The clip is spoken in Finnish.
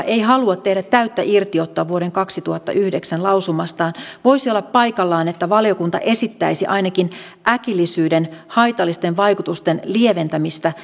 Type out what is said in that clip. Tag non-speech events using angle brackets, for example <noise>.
<unintelligible> ei halua tehdä täyttä irtiottoa vuoden kaksituhattayhdeksän lausumastaan voisi olla paikallaan että valiokunta esittäisi ainakin äkillisyyden haitallisten vaikutusten lieventämistä <unintelligible>